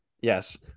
Yes